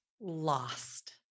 lost